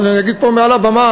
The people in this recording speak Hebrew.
אז אני אגיד פה מעל הבמה